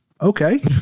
Okay